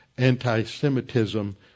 anti-Semitism